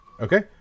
Okay